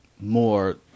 more